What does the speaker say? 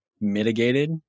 mitigated